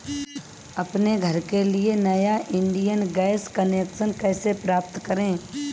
अपने घर के लिए नया इंडियन गैस कनेक्शन कैसे प्राप्त करें?